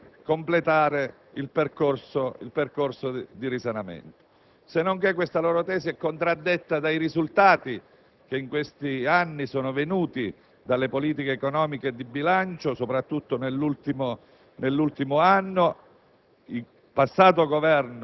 via per completare il percorso di risanamento. Sennonché la loro tesi è contraddetta dai risultati che in questi anni sono venuti dalle politiche economiche e di bilancio. Soprattutto nell'ultimo anno,